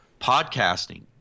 Podcasting